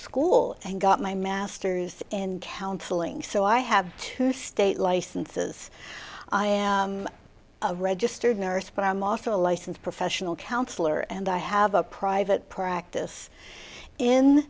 school and got my master's in counseling so i have to state licenses i am a registered nurse but i'm also a licensed professional counselor and i have a private practice in